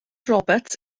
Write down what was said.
roberts